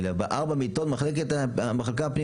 אלא ארבע מיטות במחלקה הפנימית,